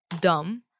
dumb